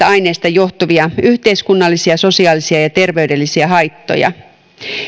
aineista johtuvia yhteiskunnallisia sosiaalisia ja terveydellisiä haittoja